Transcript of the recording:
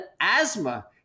asthma